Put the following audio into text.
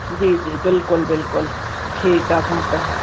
जी जी बिल्कुलु बिल्कुलु ठीकु आहे हा त